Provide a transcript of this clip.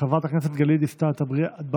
חברת הכנסת גלית דיסטל אטבריאן,